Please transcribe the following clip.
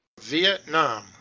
Vietnam